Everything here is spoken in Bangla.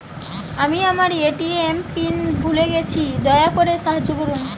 আমি আমার এ.টি.এম পিন ভুলে গেছি, দয়া করে সাহায্য করুন